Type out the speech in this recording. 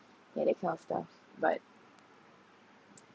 yeah that kind of stuff but